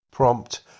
prompt